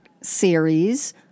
series